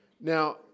Now